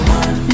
one